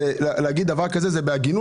זה נכון להגיד דבר כזה בהגינות,